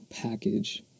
package